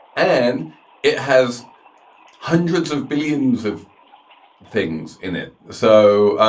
and it has hundreds of billions of things in it. so